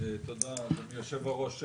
תודה, אדוני היושב-ראש.